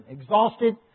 exhausted